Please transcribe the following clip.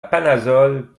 panazol